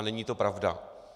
Není to pravda.